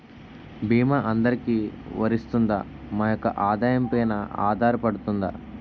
భీమా అందరికీ వరిస్తుందా? మా యెక్క ఆదాయం పెన ఆధారపడుతుందా?